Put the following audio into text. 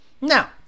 now